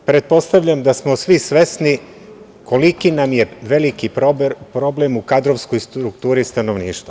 Pretpostavljam da smo svi svesni koliki nam je veliki problem u kadrovskoj strukturi stanovništva.